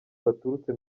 baturutse